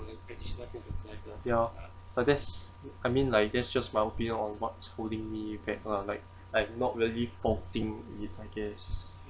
ya but that's I mean like that's just my opinion on what's holding me back lah like I'm not really faulting it I guess